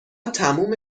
تموم